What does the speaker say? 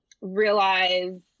realize